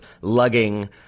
lugging